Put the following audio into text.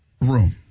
room